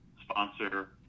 sponsor